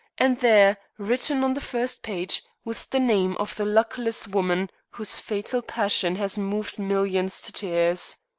and there, written on the first page, was the name of the luckless woman whose fatal passion has moved millions to tears.